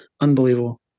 unbelievable